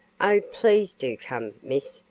oh, please do come, miss,